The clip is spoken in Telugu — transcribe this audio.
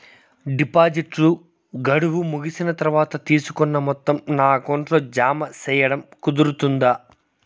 డిపాజిట్లు గడువు ముగిసిన తర్వాత, తీసుకున్న మొత్తం నా అకౌంట్ లో జామ సేయడం కుదురుతుందా?